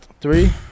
three